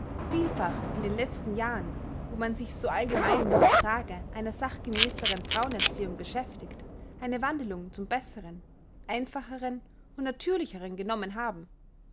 vielfach in den letzten jahren wo man sich so allgemein mit der frage einer sachgemäßeren frauenerziehung beschäftigt eine wandelung zum besseren einfacheren und natürlicheren genommen haben